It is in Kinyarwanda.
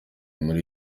muri